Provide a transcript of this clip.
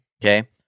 Okay